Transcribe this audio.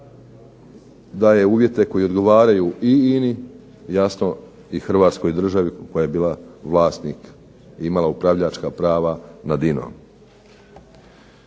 daje uvjete koji odgovaraju i INA-i, jasno i hrvatskoj državi koja je bila vlasnik i imala upravljačka prava nad INA-om.